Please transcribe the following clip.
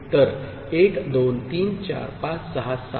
तर 1 2 3 4 5 6 7